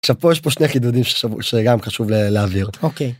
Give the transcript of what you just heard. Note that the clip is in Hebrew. עכשיו פה יש פה שני חידודים שגם חשוב להעביר. אוקיי.